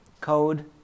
code